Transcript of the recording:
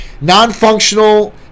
non-functional